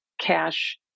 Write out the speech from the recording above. cash